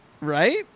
Right